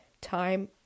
time